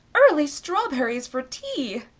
early strawberries for tea!